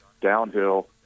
downhill